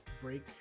break